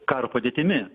karo padėtimi